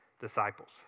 disciples